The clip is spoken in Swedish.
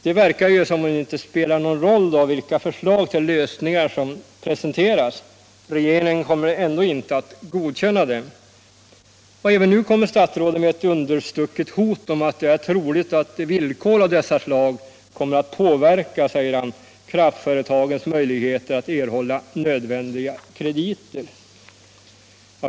Det verkar ju som om det inte spelar någon roll vilka förslag till lösningar som presenteras — regeringen kommer ändå inte att godkänna dem. Även nu kommer statsrådet med ett understucket hot om att det är troligt att villkor av dessa slag kommer att påverka, som han uttrycker det, kraftföretagens möjligheter att erhålla nödvändiga krediter.